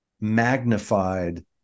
magnified